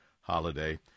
holiday